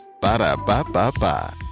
Ba-da-ba-ba-ba